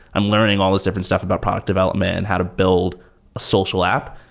i'm learning all these different stuff about product development and how to build a social app,